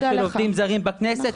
בוועדה של עובדים זרים בכנסת --- נכון.